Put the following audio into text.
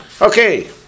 Okay